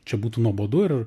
čia būtų nuobodu ir